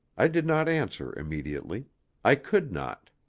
i did not answer immediately i could not.